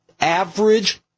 average